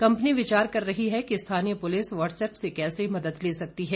company विचार कर रही है कि स्थानीय पुलिस व्हाट्सएप से कैसे मदद ले सकती है